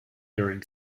during